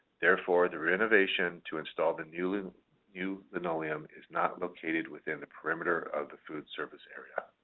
therefore, the renovation to install the new new linoleum is not located within the perimeter of the food service area.